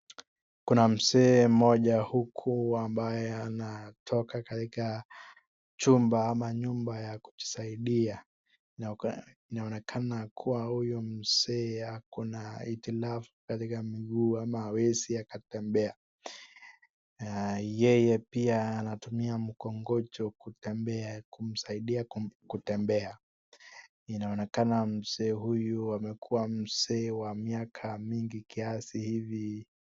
Kuna mzee mmoja huku ambaye anatoka katika chumba ama nyumba ya kujisaidia. Inaonekana kuwa huyu mzee ako na hitilafu katika miguu ama hawezi akatembea. Yeye pia anatumia mkongojo kutembea kumsaidia kutembea. Inaonekana mzee huyu amekuwa mzee wa miaka mingi kiasi hivi.